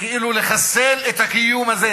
וכאילו לחסל את הקיום הזה.